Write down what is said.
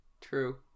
true